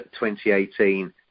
2018